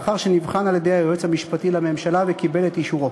לאחר שנבחן על-ידי היועץ המשפטי לממשלה וקיבל את אישורו.